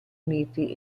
uniti